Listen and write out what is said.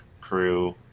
crew